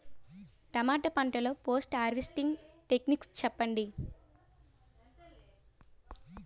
టమాటా పంట లొ post harvesting techniques చెప్పండి?